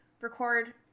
record